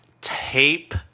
tape